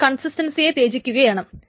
അപ്പോൾ കൺസിസ്റ്റൻസിയെ ത്യജിക്കുകയാണ്